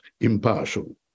impartial